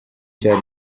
cya